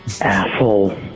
asshole